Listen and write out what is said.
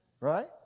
right